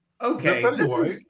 Okay